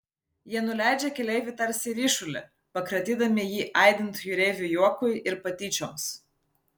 jie nuleidžia keleivį tarsi ryšulį pakratydami jį aidint jūreivių juokui ir patyčioms